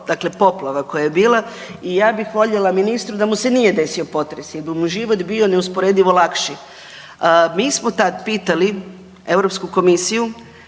dakle poplava koja je bila, i ja bih voljela ministru da mu se nije desio potres jer bi mu život bio neusporedivo lakši. Mi smo tad pitali Europsku Komisiju